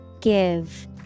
Give